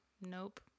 Nope